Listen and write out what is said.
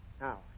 Now